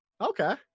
Okay